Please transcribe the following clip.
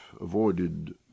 avoided